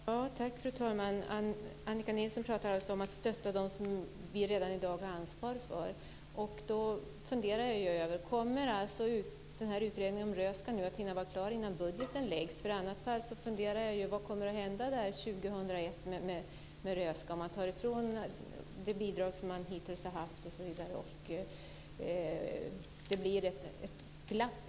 Fru talman! Annika Nilsson talar alltså om att stötta dem som vi redan i dag har ansvar för. Jag funderar över om den här utredningen om Röhsska museet kommer att vara klar innan budgeten läggs fram. I annat fall funderar jag över vad som kommer att hända år 2001 med Röhsska museet om man ska ta ifrån museet det bidrag som det hittills har haft och det blir ett glapp.